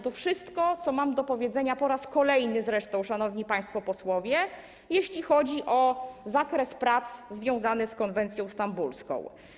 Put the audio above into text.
To wszystko, co mam do powiedzenia, po raz kolejny zresztą, szanowni państwo posłowie, jeśli chodzi o zakres prac związanych z konwencją stambulską.